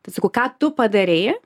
tai sakau ką tu padarei